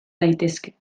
daitezke